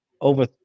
over